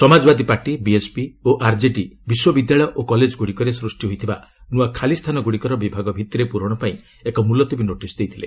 Samajwadi party BSP ଓ RJD ବିଶ୍ୱବିଦ୍ୟାଳୟ ଓ କଲେଜଗୁଡିକରେ ସ୍ଟଷ୍ଟି ହୋଇଥିବା ନୂଆ ଖାଲିସ୍ଥାନଗୁଡିକର ବିଭାଗ ଭିତ୍ତିରେ ପ୍ରରଣ ପାଇଁ ଏକ ମୁଲତବୀ ନୋଟିସ୍ ଦେଇଥିଲେ